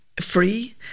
free